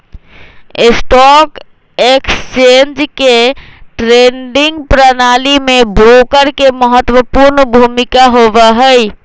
stock exchange के trading प्रणाली में ब्रोकर के महत्वपूर्ण भूमिका होबा हई